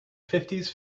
fifties